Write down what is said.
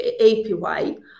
APY